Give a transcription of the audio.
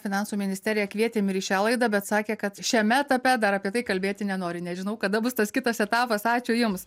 finansų ministeriją kvietėm ir į šią laidą bet sakė kad šiame etape dar apie tai kalbėti nenori nežinau kada bus tas kitas etapas ačiū jums